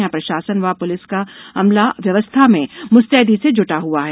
यहां प्रशासन व पुलिस का अमला व्यवस्था में मुस्तैदी से जुटा हुआ है